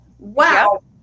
wow